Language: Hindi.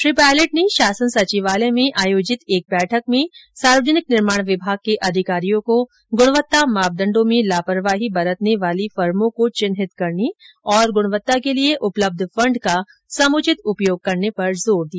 श्री पायलट ने शासन सचिवालय में आयोजित एक बैठक में सार्वजनिक निर्माण विभाग के अधिकारियों को गुणवत्ता मापदण्डों में लापरवाही बरतने वाली फर्मों को चिन्हित करने और गुणवत्ता के लिए उपलब्ध फण्ड का समुचित उपयोग करने पर जोर दिया